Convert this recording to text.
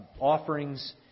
offerings